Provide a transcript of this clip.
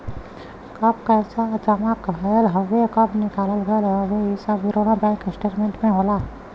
कब पैसा जमा भयल हउवे कब निकाल गयल हउवे इ सब विवरण बैंक स्टेटमेंट होला